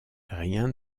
rien